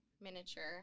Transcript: miniature